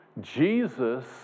Jesus